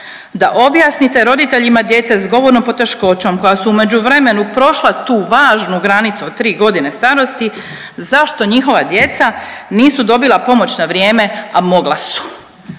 da objasnite roditeljima djece s govornom poteškoćom koje su u međuvremenu prošla tu važnu granicu od 3 godine starosti zašto njihova djeca nisu dobila pomoć na vrijeme, a mogla su.